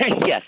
Yes